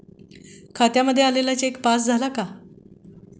खात्यामध्ये आलेला cheque pass झाला का?